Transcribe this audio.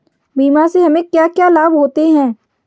बीमा से हमे क्या क्या लाभ होते हैं?